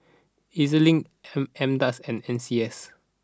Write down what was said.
Ez Link M M dose and N C S